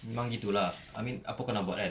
memang gitu lah I mean apa kau nak buat kan